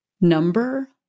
number